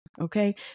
okay